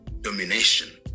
domination